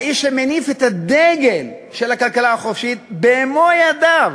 האיש שמניף את הדגל של הכלכלה החופשית, במו-ידיו